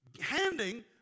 handing